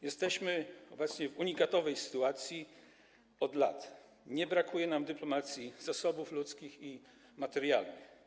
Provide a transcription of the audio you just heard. Jesteśmy obecnie w unikatowej sytuacji, gdyż od lat nie brakuje nam w dyplomacji zasobów ludzkich i materialnych.